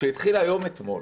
כשהתחיל היום אתמול,